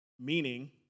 Meaning